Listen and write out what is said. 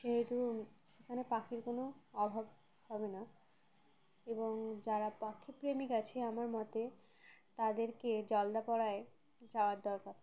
যেহেতু সেখানে পাখির কোনো অভাব হবে না এবং যারা পাখি প্রেমিক আছে আমার মতে তাদেরকে জলদাাপড়ায় যাওয়ার দরকার